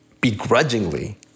begrudgingly